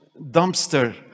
dumpster